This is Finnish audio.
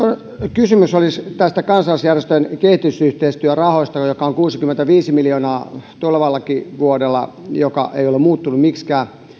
kysymys olisi tästä kansalaisjärjestöjen kehitysyhteistyörahasta joka on kuusikymmentäviisi miljoonaa tulevallekin vuodelle joka ei ole muuttunut miksikään